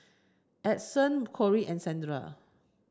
Adyson Corrie and Sandra